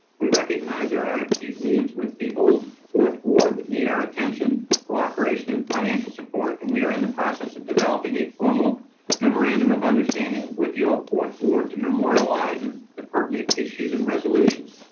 we recognize there are acute needs with the old fourth ward that need our attention cooperation and financial support. and we are in the process of developing a formal memorandum of understanding with the old fourth ward to memorialize and the pertinent issues and resolutions.